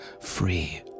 free